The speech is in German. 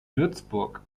würzburg